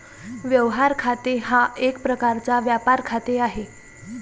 व्यवहार खाते हा एक प्रकारचा व्यापार खाते आहे